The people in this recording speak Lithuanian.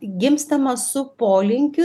gimstama su polinkiu